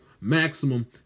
maximum